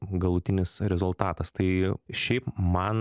galutinis rezultatas tai šiaip man